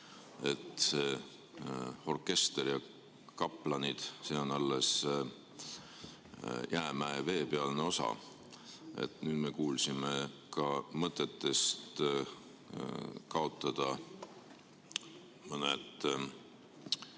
orkester ja kaplanid, on alles jäämäe veepealne osa. Nüüd me kuulsime ka mõtetest kaotada mõned